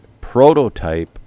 Prototype